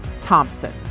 Thompson